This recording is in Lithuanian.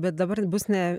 bet dabar bus ne